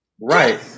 Right